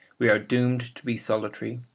we are doomed to be solitary,